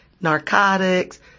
narcotics